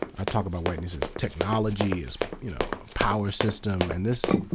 i talk about whiteness as technology, as, you know, a power system, and this